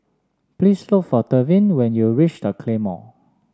please look for Tevin when you reach The Claymore